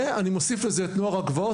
ואני מוסיף לזה את נוער הגבעות,